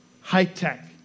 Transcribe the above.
high-tech